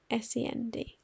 SEND